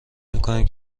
میکنیم